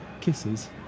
Kisses